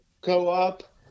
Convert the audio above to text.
co-op